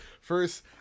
First